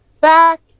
back